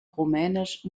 rumänisch